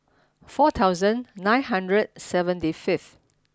four thousand nine hundred seventy fifth